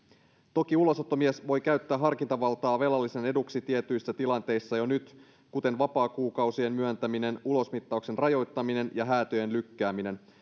toki ulosottomies voi käyttää harkintavaltaa velallisen eduksi tietyissä tilanteissa jo nyt kuten vapaakuukausien myöntäminen ulosmittauksen rajoittaminen ja häätöjen lykkääminen